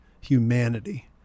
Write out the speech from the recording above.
humanity